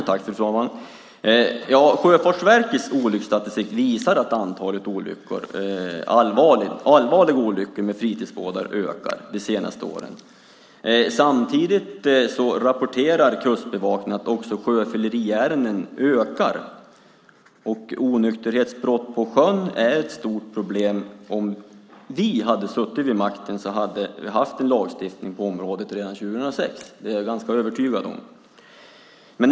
Fru talman! Sjöfartsverkets olycksstatistik visar att antalet allvarliga olyckor med fritidsbåtar ökat de senaste åren. Samtidigt rapporterar Kustbevakningen att också antalet sjöfylleriärenden ökar. Onykterhetsbrott på sjön är ett stort problem. Om vi hade suttit vid makten så hade vi haft en lagstiftning på området redan år 2006. Det är jag ganska övertygad om.